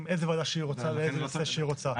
איזה ועדה שהיא רוצה באיזה נושא שהיא רוצה.